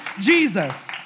Jesus